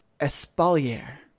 espalier